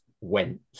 went